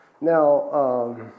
now